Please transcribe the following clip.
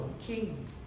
king